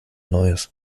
neues